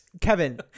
Kevin